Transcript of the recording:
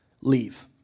leave